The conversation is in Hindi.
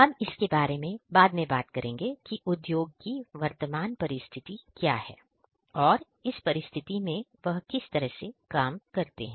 हम इसके बारे में बाद में बात करेंगे कि उद्योग की वर्तमान परिस्थिति क्या है और इस परिस्थिति में वह किस तरह से काम करते हैं